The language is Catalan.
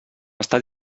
està